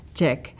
check